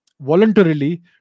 voluntarily